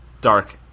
dark